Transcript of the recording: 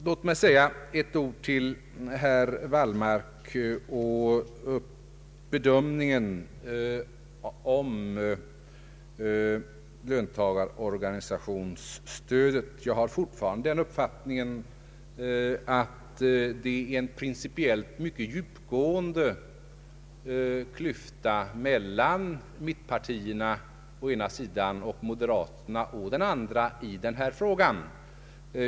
Låt mig säga några ord till herr Wallmark om bedömningen av löntagarorganisationsstödet. Jag har fortfarande den uppfattningen att det är en principiellt mycket djupgående klyfta mellan mittenpartierna å ena sidan och moderaterna å den andra i denna fråga.